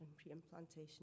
pre-implantation